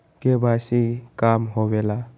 KYC का होवेला?